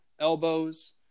Elbows